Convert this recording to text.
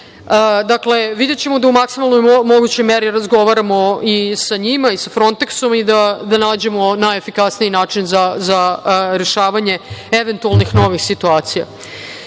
EU.Dakle, videćemo da u maksimalnoj mogućoj meri razgovaramo i sa njima i sa Fronteksom i da nađemo najefikasniji način za rešavanje eventualnih novih situacija. Izvinjavam